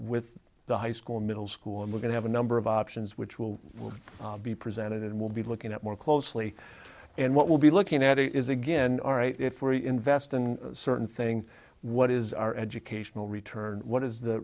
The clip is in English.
with the high school middle school and we're going have a number of options which will be presented and we'll be looking at more closely and what we'll be looking at is again if we invest in a certain thing what is our educational return what is the